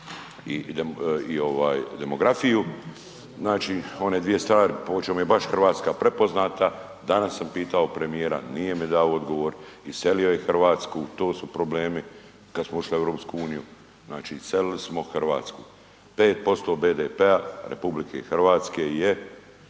demografiju, znači one dvije stvari po čemu je baš Hrvatska prepoznata. Danas sam pitao premijera, nije mi dao odgovor, iselio je Hrvatsku, to su problemi, kad smo ušli u EU, znači iselili smo Hrvatsku. 5% BDP-a RH je